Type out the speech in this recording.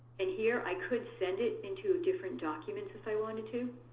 and here i could send it into different documents if i wanted to,